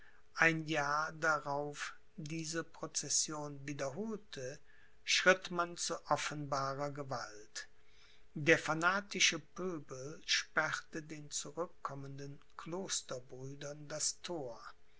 ein jahr darauf diese procession wiederholte schritt man zu offenbarer gewalt der fanatische pöbel sperrte den zurückkommenden klosterbrüdern das thor